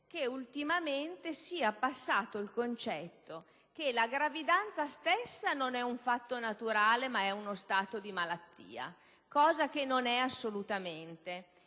che ultimamente sia passato il concetto che la gravidanza non sia un fatto naturale ma uno stato di malattia, cosa che non è nel modo